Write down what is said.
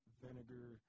vinegar